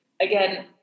again